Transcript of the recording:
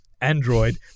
Android